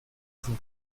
von